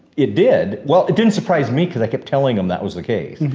it did, well, it didn't surprise me cause i kept telling them that was the case.